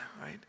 right